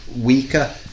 weaker